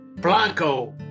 blanco